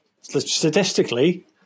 statistically